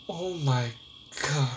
oh my god